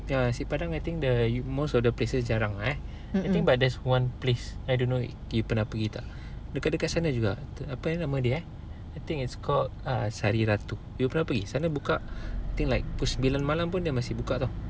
ya nasi padang I think the most of the places jarang ah eh I think but there's one place I don't know you pernah pergi ke tak dekat-dekat sana juga apa eh nama dia I think it's called sari ratu you pernah pergi sana buka I think like pukul sembilan malam pun dia masih buka [tau]